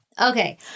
Okay